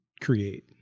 create